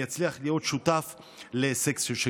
אני אצליח להיות שותף להישג שכזה.